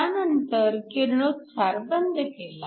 त्यानंतर किरणोत्सार बंद केला